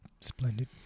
splendid